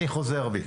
אני חוזר בי.